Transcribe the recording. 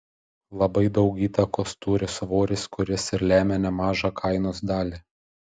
labai daug įtakos turi svoris kuris ir lemia nemažą kainos dalį